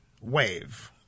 wave